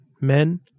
men